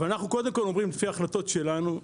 אבל אנחנו קודם כול אומרים לפי ההחלטות שלנו,